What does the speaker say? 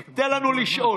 תודה.